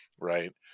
right